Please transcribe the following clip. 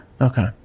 okay